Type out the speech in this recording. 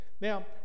Now